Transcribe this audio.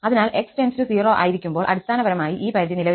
അതിനാൽ x → 0 ആയിരിക്കുമ്പോൾ അടിസ്ഥാനപരമായി ഈ പരിധി നിലവിലില്ല